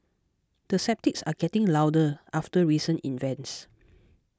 the sceptics are getting louder after recent events